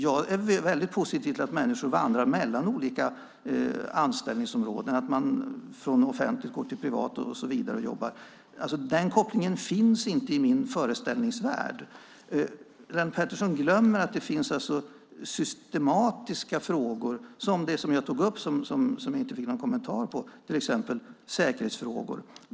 Jag är väldigt positivt inställd till att människor går mellan olika anställningsområden, att man går från det offentliga till privata jobb och så vidare. Nämnda koppling finns inte ens i min föreställningsvärld. Lennart Pettersson glömmer att det finns systemfrågor av det slag jag tagit upp och som inte kommenterats, till exempel säkerhetsfrågorna.